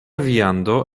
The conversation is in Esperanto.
viando